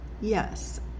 Yes